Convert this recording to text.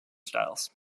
styles